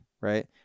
right